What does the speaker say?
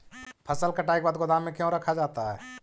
फसल कटाई के बाद गोदाम में क्यों रखा जाता है?